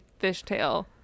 fishtail